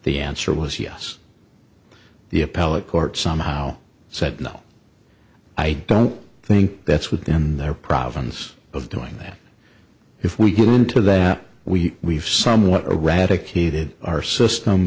the answer was yes the appellate court somehow said no i don't think that's within their province of doing that if we get into that we we've somewhat eradicated our system